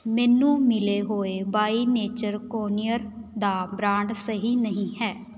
ਮੈਨੂੰ ਮਿਲੇ ਹੋਏ ਬਾਈ ਨੇਚਰ ਕੁਇਨਅਰ ਦਾ ਬ੍ਰਾਂਡ ਸਹੀ ਨਹੀਂ ਹੈ